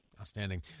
Outstanding